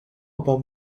about